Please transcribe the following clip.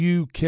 UK